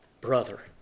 brother